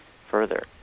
further